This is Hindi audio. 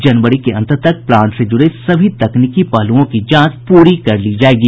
जनवरी के अन्त तक प्लांट से जुड़े सभी तकनीकी पहलुओं की जांच प्रक्रिया पूरी कर ली जायेगी